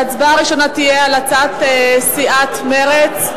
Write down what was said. ההצבעה הראשונה תהיה על הצעת סיעת מרצ.